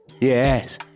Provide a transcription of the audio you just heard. Yes